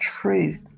truth